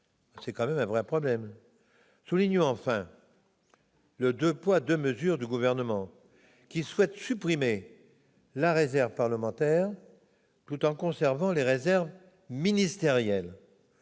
le problème est réel ! Soulignons enfin le « deux poids, deux mesures » du Gouvernement, qui souhaite supprimer la réserve parlementaire tout en conservant les réserves ministérielles.